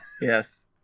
Yes